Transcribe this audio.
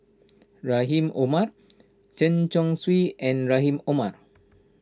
Rahim Omar Chen Chong Swee and Rahim Omar